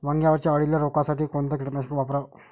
वांग्यावरच्या अळीले रोकासाठी कोनतं कीटकनाशक वापराव?